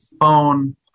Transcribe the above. phone